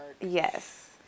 Yes